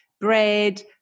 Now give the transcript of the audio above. bread